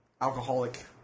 alcoholic